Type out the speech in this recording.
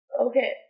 Okay